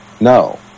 no